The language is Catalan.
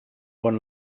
pon